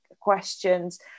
questions